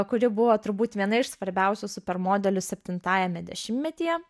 kuri buvo turbūt viena iš svarbiausių supermodelių septintajame dešimtmetyje